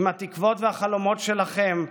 עם התקוות והחלומות שלכם,